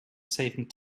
saving